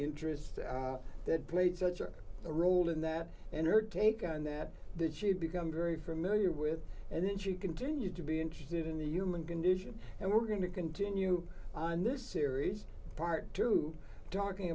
interest that played such a role in that and her take on that that she had become very familiar with and then she continued to be interested in the human condition and we're going to continue on this series part two darkening